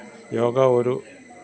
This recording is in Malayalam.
യോഗാ ഒരു